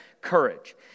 courage